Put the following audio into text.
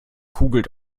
kugelt